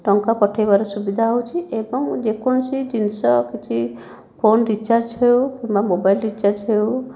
ଟଙ୍କା ପଠାଇବାର ସୁବିଧା ହେଉଛି ଏବଂ ଯେକୌଣସି ଜିନିଷ କିଛି ଫୋନ ରିଚାର୍ଜ କିମ୍ବା ମୋବାଇଲ ରିଚାର୍ଜ ହଉ